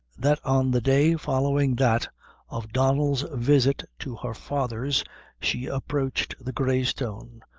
that on the day following that of donnel's visit to her father's she approached the grey stone,